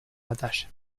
batalla